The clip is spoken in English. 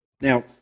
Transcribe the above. Now